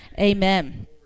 amen